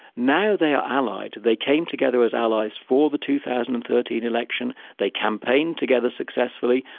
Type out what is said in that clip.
now they are allied. they came together as allies for the two thousand and thirteen election, they campaigned together successfully,